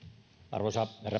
arvoisa herra